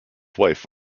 wife